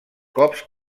cops